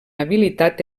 habilitat